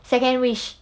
second wish